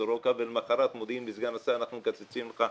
לסורוקה ולמוחרת מודיעים לסגן השר שמקצצים לו,